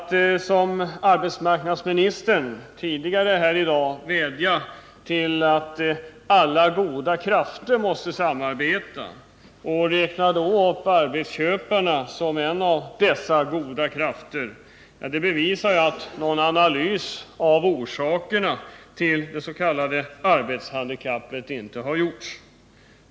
När arbetsmarknadsministern vädjar att ”alla goda krafter måste samarbeta” och nämner arbetsköparna som en av dessa goda krafter bevisar det att någon analys av orsakerna till det s.k. arbetshandikappet inte har gjorts.